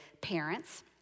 parents